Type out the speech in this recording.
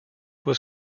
was